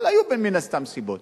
אבל היו מן הסתם סיבות.